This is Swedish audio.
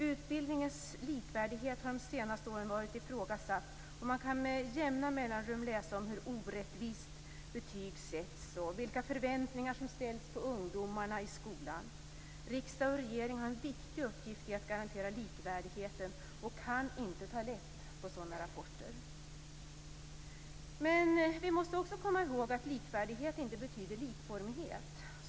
Utbildningens likvärdighet har de senaste åren varit ifrågasatt, och man kan med jämna mellanrum läsa om hur orättvist betyg sätts och vilka förväntningar som ställs på ungdomarna i skolan. Riksdag och regering har en viktig uppgift i att garantera likvärdigheten och kan inte ta lätt på sådana rapporter. Men vi måste också komma ihåg att likvärdighet inte betyder likformighet.